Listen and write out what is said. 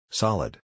Solid